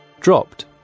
dropped